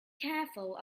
careful